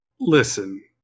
Listen